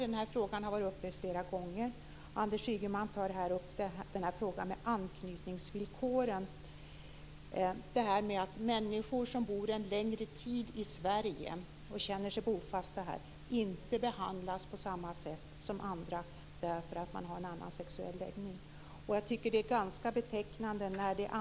Den här frågan har varit uppe flera gånger. Anders Ygeman tar upp frågan om anknytningsvillkoren och det här med att människor som bor en längre tid i Sverige och känner sig bofasta här inte behandlas på samma sätt som andra för att man har en annan sexuell läggning. Jag tycker att detta är ganska betecknande.